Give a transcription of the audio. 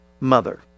mother